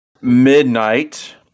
midnight